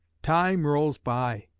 time rolls by.